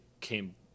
came